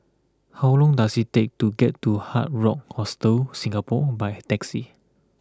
how long does it take to get to Hard Rock Hostel Singapore by taxi